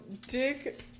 Dick